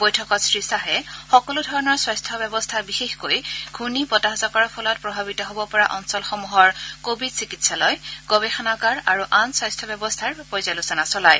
বৈঠকত শ্ৰীশ্বাহে সকলো ধৰণৰ স্বাস্থ্য ব্যৱস্থা বিশেষকৈ ঘূৰ্ণীবতাহজাকৰ ফলত প্ৰভাৱিত হ'ব পৰা অঞ্চলসমূহৰ কোৱিড চিকিৎসালয় গৱেষণাগাৰ আৰু আন স্বাস্থ্য ব্যৱস্থাৰ পৰ্যালোচনা চলায়